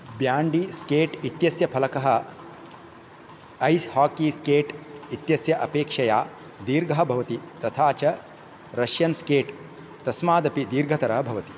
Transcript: bandy skate इत्यस्य फलकः ice hockey skate इत्यस्य अपेक्षया दीर्घः भवति तथा च रष्यन् स्केट् तस्मादपि दीर्घतरः भवति